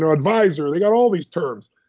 and advisor, they got all these terms,